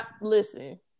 listen